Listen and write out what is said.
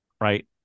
right